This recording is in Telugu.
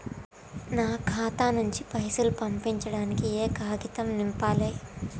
నా ఖాతా నుంచి పైసలు పంపించడానికి ఏ కాగితం నింపాలే?